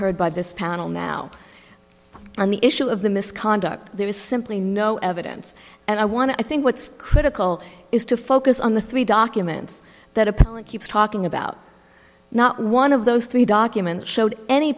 heard by this panel now on the issue of the misconduct there is simply no evidence and i want to i think what's critical is to focus on the three documents that appellant keeps talking about not one of those three documents showed any